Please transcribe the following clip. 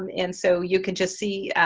um and so you can just see,